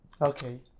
Okay